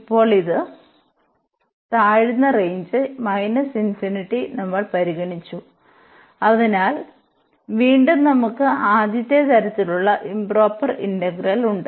ഇപ്പോൾ ഇത് താഴ്ന്ന റേഞ്ച് ∞ നമ്മൾ പരിഗണിച്ചു അതിനാൽ വീണ്ടും നമുക്ക് ആദ്യത്തെ തരത്തിലുള്ള ഇംപ്റോപർ ഇന്റഗ്രൽ ഉണ്ട്